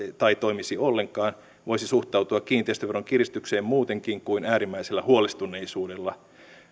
tai toimisi ollenkaan voisi suhtautua kiinteistöveron kiristykseen muutenkin kuin äärimmäisellä huolestuneisuudella